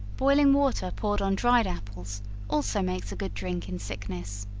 boiling water poured on dried apples also makes a good drink in sickness.